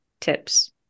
tips